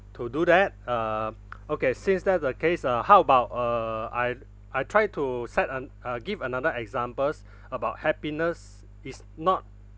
to do that uh okay since that the case uh how about uh I I try to set an uh give another examples about happiness is not